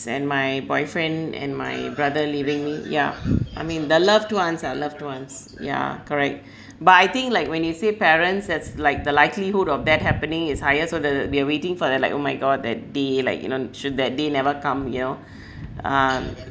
and my boyfriend and my brother leaving me ya I mean the loved ones lah loved ones yeah correct but I think like when you say parents that's like the likelihood of that happening is highest so the we are waiting for that like oh my god that day like you know should that day never come you know um